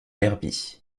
derby